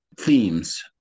themes